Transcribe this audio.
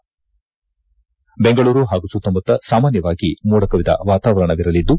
ದೆಂಗಳೂರು ಹಾಗೂ ಸುತ್ತಮುತ್ತ ಸಾಮಾನ್ಯವಾಗಿ ಮೋಡ ಕವಿದ ವಾತವಾರಣವಿರಲಿದ್ದು